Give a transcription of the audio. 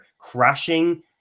crashing